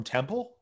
Temple